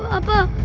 papa.